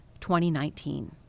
2019